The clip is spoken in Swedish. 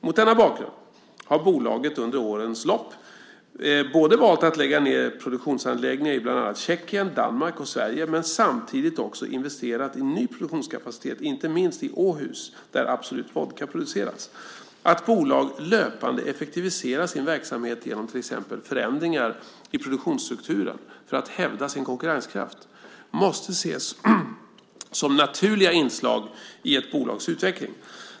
Mot denna bakgrund har bolaget under årens lopp både valt att lägga ned produktionsanläggningar ibland annat Tjeckien, Danmark och Sverige och samtidigt investerat i ny produktionskapacitet, inte minst i Åhus, där Absolut Vodka produceras. Att bolag löpande effektiviserar sin verksamhet genom till exempel förändringar i produktionsstrukturen, för att hävda sin konkurrenskraft, måste ses som naturliga inslag i ett bolags utveckling.